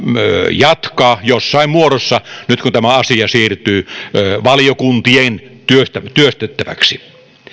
jatkaa jossain muodossa nyt kun tämä asia siirtyy valiokuntien työstettäväksi